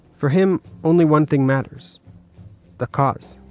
for him, only one thing matters the cause